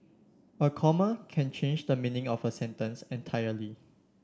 a comma can change the meaning of a sentence entirely